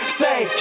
say